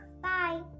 Bye